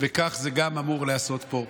וכך זה אמור להיעשות גם פה.